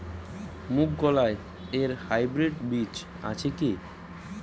মুগকলাই এর হাইব্রিড বীজ আছে কি?